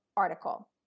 Article